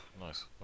nice